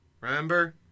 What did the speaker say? Remember